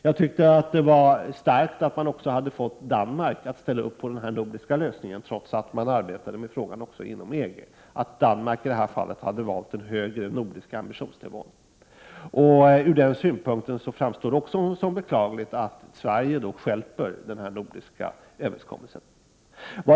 Jag tycker att det var starkt att man också hade fått Danmark att ställa upp på den nordiska lösningen, att Danmark i detta fall hade valt den högre, nordiska ambitionsnivån, trots att man arbetade med frågan också inom EG. Ur den synpunkten framstår det också som beklagligt att Sverige stjälper denna nordiska överenskommelse.